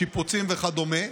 שיפוצים וכדומה,